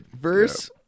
Verse